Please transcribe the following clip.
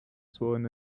sworn